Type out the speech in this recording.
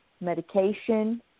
medication